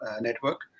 network